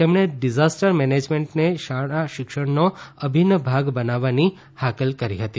તેમણે ડિઝાસ્ટર મેનેજમેન્ટને શાળા શિક્ષણનો અભિન્ન ભાગ બનાવવાની હાકલ કરી હતી